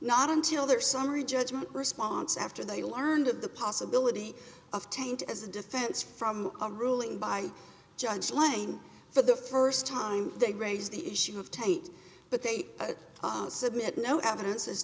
not until their summary judgment response after they learned of the possibility of taint as a defense from a ruling by judge lane for the first time they raise the issue of taint but they submit no evidence